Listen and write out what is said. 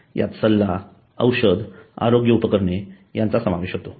यात सल्ला औषध आणि आरोग्य उपकरणे यांचा समावेश होतो